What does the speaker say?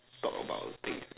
talk about thing